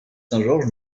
george